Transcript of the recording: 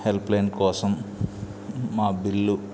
helpline కోసం మా bill